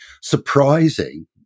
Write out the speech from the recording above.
surprising